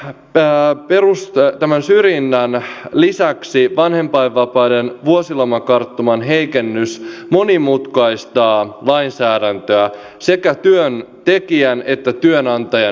toisaalta tämän syrjinnän lisäksi vanhempainvapaiden vuosilomakarttuman heikennys monimutkaistaa lainsäädäntöä sekä työntekijän että työnantajan näkökulmasta